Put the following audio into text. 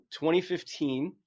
2015